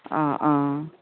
অ অ